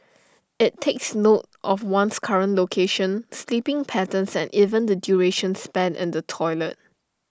IT takes note of one's current location sleeping patterns and even the duration spent in the toilet